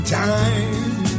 time